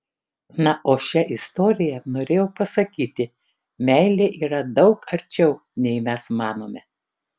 na o šia istorija norėjau pasakyti meilė yra daug arčiau nei mes manome